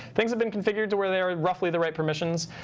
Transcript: things have been configured to where they are roughly the right permissions.